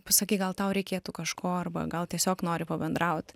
pasakyk gal tau reikėtų kažko arba gal tiesiog nori pabendraut